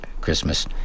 Christmas